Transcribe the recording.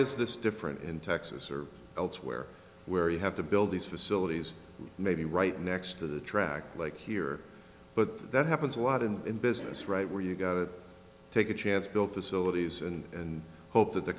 is this different in texas or elsewhere where you have to build these facilities maybe right next to the track like here but that happens a lot in business right where you take a chance built facilities and hope that the